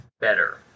better